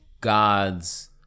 gods